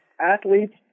athletes